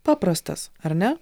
paprastas ar ne